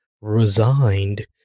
resigned